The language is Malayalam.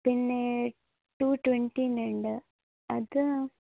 പിന്നെ ടു ട്വൻറ്റീന് ഉണ്ട് അത്